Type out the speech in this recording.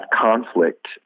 conflict